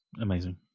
Amazing